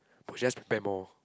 will just prepare more